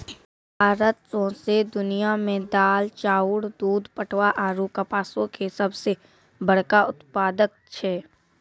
भारत सौंसे दुनिया मे दाल, चाउर, दूध, पटवा आरु कपासो के सभ से बड़का उत्पादक छै